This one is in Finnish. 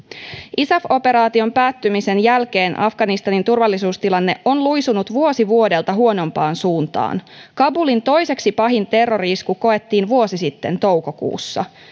isaf operaation päättymisen jälkeen afganistanin turvallisuustilanne on luisunut vuosi vuodelta huonompaan suuntaan kabulin toiseksi pahin terrori isku koettiin vuosi sitten toukokuussa